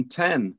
ten